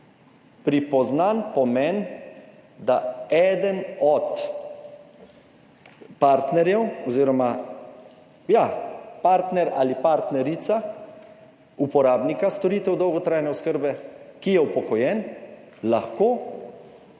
pripoznan pomen, da eden od partnerjev oziroma, ja, partner ali partnerica uporabnika storitev dolgotrajne oskrbe, ki je upokojen, lahko